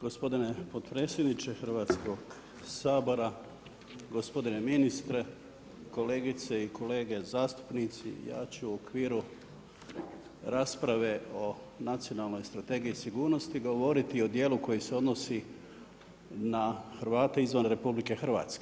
Gospodine potpredsjedniče Hrvatskog sabora, gospodine ministre, kolegice i kolege zastupnici, ja ću u okviru rasprave o nacionalnoj strategiji i sigurnosti govoriti o dijelu koji se odnosi na Hrvate izvan RH.